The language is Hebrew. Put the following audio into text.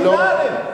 דינרים.